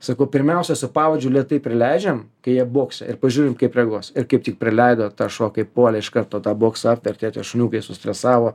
sakau pirmiausia su pavadžiu lėtai prileidžiam kai jie bokse ir pažiūrim kaip reaguos ir kaip tik prileido tas šuo kaip puolė iš karto tą boksą apvertė tie šuniukai sustresavo